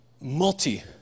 multi-